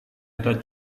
ada